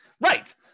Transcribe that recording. Right